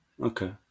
Okay